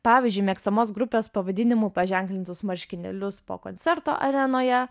pavyzdžiui mėgstamos grupės pavadinimu paženklintus marškinėlius po koncerto arenoje